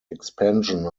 expansion